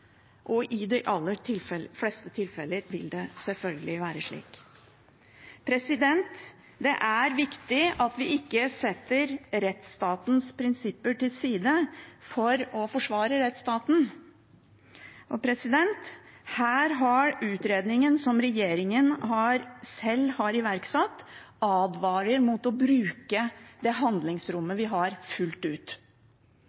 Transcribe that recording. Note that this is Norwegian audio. I de aller fleste tilfeller vil det selvfølgelig være slik. Det er viktig at vi ikke setter rettsstatens prinsipper til side for å forsvare rettsstaten. Her har utredningen som regjeringen sjøl har iverksatt, advart mot å bruke det handlingsrommet